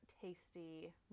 tasty